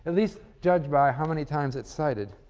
least judged by how many times it's cited.